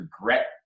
regret